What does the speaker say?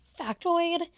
factoid